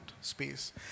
space